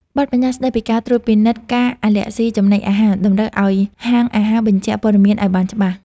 បទប្បញ្ញត្តិស្ដីពីការត្រួតពិនិត្យការអាឡែស៊ីចំណីអាហារតម្រូវឱ្យហាងអាហារបញ្ជាក់ព័ត៌មានឱ្យបានច្បាស់។